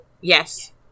Yes